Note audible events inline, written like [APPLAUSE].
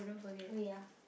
[NOISE] oh ya